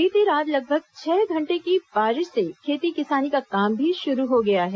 बीती रात लगभग छह घंटे की बारिश से खेती किसानी का काम भी शुरू हो गया है